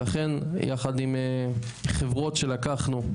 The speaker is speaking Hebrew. ולכן יחד עם חברות שלקחנו,